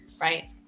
Right